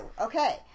Okay